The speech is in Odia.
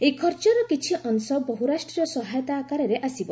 ଏହି ଖର୍ଚ୍ଚର କିଛି ଅଂଶ ବହୁରାଷ୍ଟ୍ରୀୟ ସହାୟତା ଆକାରରେ ଆସିବ